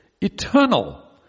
eternal